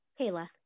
Kayla